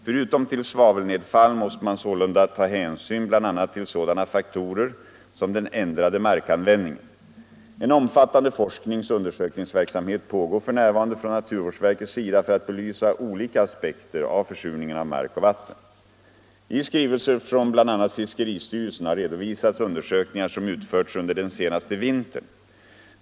Förutom till svavelnedfall måste man således ta hänsyn bl.a. till sådana faktorer som den ändrade markanvändningen. En omfattande forsknings och undersökningsverksamhet pågår f. n. från naturvårdsverkets sida för att belysa olika aspekter på försurningen av mark och vatten. I skrivelse från bl.a. fiskeristyrelsen har redovisats undersökningar som utförts under den senaste vintern.